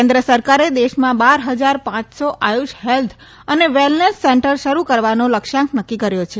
કેન્દ્ર સરકારે દેશમાં બાર ફજાર પાંચસો આયુષ હેલ્થ અને વેલનેસ સેન્ટર શરૂ કરવાનો લક્ષ્યાંક નકકી કર્યો છે